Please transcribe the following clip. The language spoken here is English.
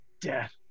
death